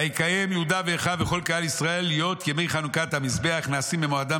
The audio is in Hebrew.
ויקיים יהודה ואחיו וכל קהל ישראל להיות ימי חנוכת המזבח נעשים במועדם